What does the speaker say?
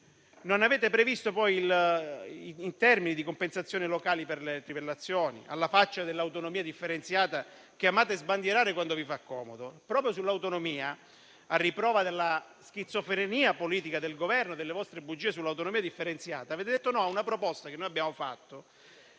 Non avete previsto poi i termini delle compensazioni locali per le trivellazioni, alla faccia dell'autonomia differenziata che amate sbandierare quando vi fa comodo. Proprio sull'autonomia, a riprova della schizofrenia politica del Governo e delle vostre bugie sull'autonomia differenziata, avete detto no a una proposta che abbiamo fatto,